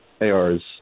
ARs